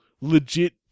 legit